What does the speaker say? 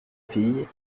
filles